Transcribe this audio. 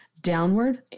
downward